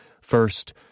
First